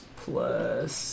plus